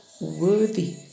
worthy